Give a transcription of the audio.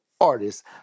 artists